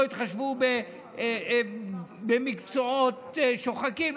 לא התחשבו במקצועות שוחקים,